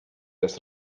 jest